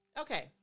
Okay